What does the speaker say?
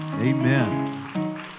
Amen